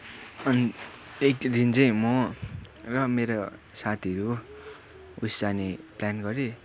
अनि एकदिन चाहिँ म र मेरो साथीहरू उएस जाने प्लान गरेँ